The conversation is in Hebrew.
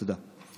תודה.